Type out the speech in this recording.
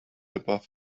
above